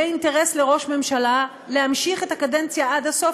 יהיה אינטרס לראש הממשלה להמשיך את הקדנציה עד הסוף,